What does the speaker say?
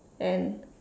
and